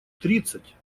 тридцать